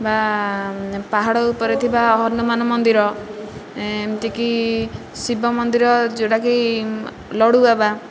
ବା ପାହାଡ଼ ଉପରେ ଥିବା ହନୁମାନ ମନ୍ଦିର ଏମିତିକି ଶିବ ମନ୍ଦିର ଯେଉଁଟା କି ଲଡ଼ୁବାବା